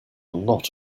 lot